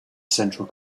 central